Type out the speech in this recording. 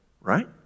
Right